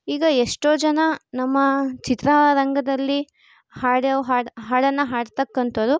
ಈಗ ಎಷ್ಟೋ ಜನ ನಮ್ಮ ಚಿತ್ರರಂಗದಲ್ಲಿ ಹಾಡೊ ಹಾಡು ಹಾಡನ್ನು ಹಾಡ್ತಕ್ಕಂಥೋರು